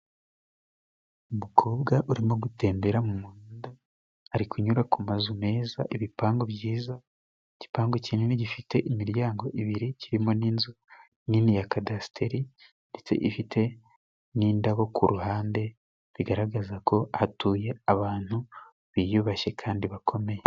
Umukobwa urimo gutembera mu muhanda ari kunyura ku mazu meza, ibipangu byiza, igipangu kinini gifite imiryango ibiri kirimo n'inzu nini ya cadasIteri ndetse ifite n'indabo ku ruhande, bigaragaza ko hatuye abantu biyubashye kandi bakomeye.